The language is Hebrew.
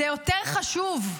זה יותר חשוב.